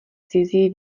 cizí